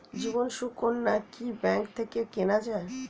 জীবন সুকন্যা কি ব্যাংক থেকে কেনা যায়?